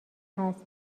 هست